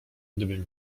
gdybym